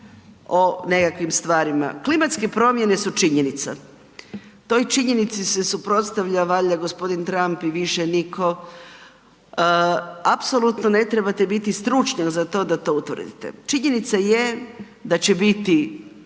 o nekakvim stvarima, klimatske promjene su činjenica, toj činjenici se suprotstavlja valjda g. Trump i više niko, apsolutno ne trebate biti stručnjak za to da to utvrdite. Činjenica je da će biti